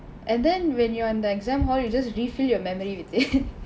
and then when you're in the exam hall you just refill your memory with it